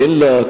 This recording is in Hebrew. אין לה,